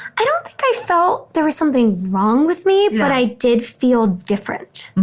i don't think i felt there was something wrong with me, but i did feel different.